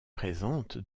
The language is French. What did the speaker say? présente